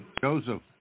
Joseph